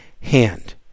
hand